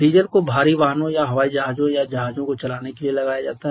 diesel को भारी वाहनों या हवाई जहाजों या जहाजों को चलाने के लिए लगाया जाता है